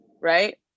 right